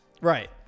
Right